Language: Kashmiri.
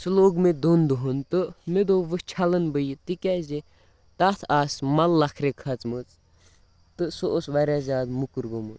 سُہ لوگ مےٚ دۄن دۄہَن تہٕ مےٚ دوٚپ وۄنۍ چھَلَن بہٕ یہِ تِکیٛازِ تَتھ آسہٕ مَل لَکھرِ کھٔژمٕژ تہٕ سُہ اوس واریاہ زیادٕ موٚکُر گوٚمُت